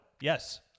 Yes